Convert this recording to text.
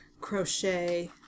crochet